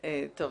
טוב,